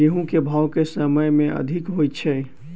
गेंहूँ केँ भाउ केँ समय मे अधिक होइ छै?